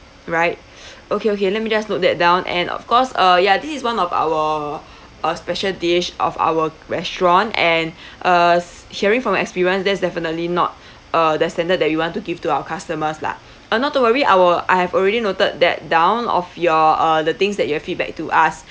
right okay okay let me just note that down and of course uh ya this is one of our our special dish of our restaurant and uh hearing from experience that's definitely not uh the standard that we want to give to our customers lah uh not to worry I will I have already noted that down of your uh the things that you have feedback to us